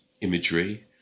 imagery